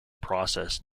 process